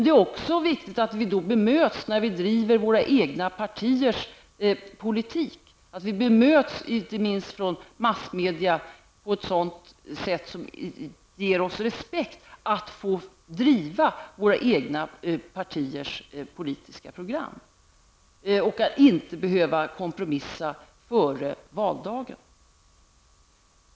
Det är också viktigt att vi, när vi driver våra egna partiers politik, bemöts med respekt inte minst från massmedia, så att vi kan driva våra egna partiers politiska program. Vi skall inte behöva kompromissa före valdagen.